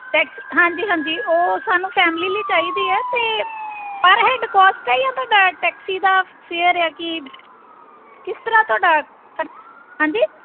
tax ਹਾਂਜੀ ਹਾਂਜੀ ਉਹ ਸਾਨੂੰ ਫੈਮਲੀ ਲਈ ਚਾਹੀਦੀ ਹੈ ਅਤੇ ਪਰ ਹੈਡ ਕੋਸਟ ਆ ਜਾਂ ਤੁਹਾਡਾ ਟੈਕਸੀ ਦਾ ਫੇਅਰ ਆ ਕੀ ਕਿਸ ਤਰ੍ਹਾਂ ਤੁਹਾਡਾ ਹਾਂਜੀ